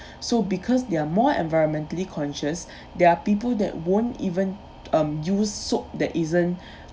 so because they're more environmentally conscious there are people that won't even um use soap that isn't